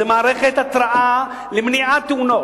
זאת מערכת התרעה למניעת תאונות.